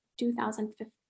2015